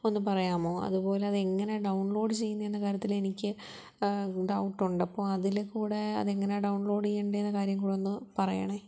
ഒന്ന് പറയാമോ അതുപോലെ അത് എങ്ങനെ ഡൗൺലോഡ് ചെയ്യുന്നേന്ന കാര്യത്തില് എനിക്ക് ഡൗട്ടുണ്ട് അപ്പോള് അതില്ക്കൂടെ അതെങ്ങനെ ഡൗൺലോഡെയ്യണ്ടേന്നെ കാര്യങ്ങളൊന്നു പറയണേ